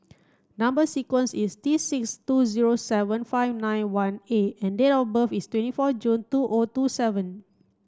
number sequence is T six two zero seven five nine one A and date of birth is twenty four June two O two seven